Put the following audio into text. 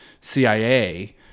CIA